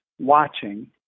watching